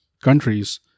countries